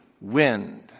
wind